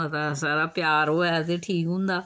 मता सारा प्यार होवे ते ठीक होंदा